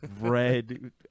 red